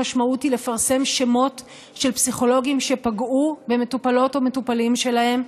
המשמעות היא לפרסם שמות של פסיכולוגים שפגעו במטופלות או במטופלים שלהם.